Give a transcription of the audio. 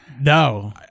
No